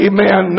Amen